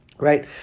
Right